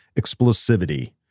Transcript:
explosivity